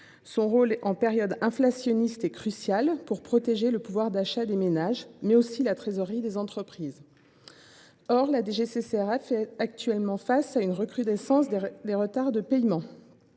Son rôle en période inflationniste est crucial pour protéger le pouvoir d’achat des ménages, mais aussi la trésorerie des entreprises. Elle constate d’ailleurs actuellement une recrudescence des retards de paiement,